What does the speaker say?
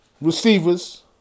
receivers